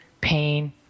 pain